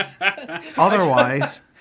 Otherwise